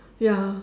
ya